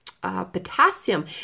Potassium